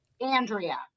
Andrea